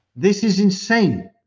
this is insane,